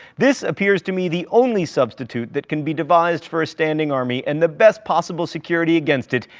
this appears to me the only substitute that can be devised for a standing army, and the best possible security against it,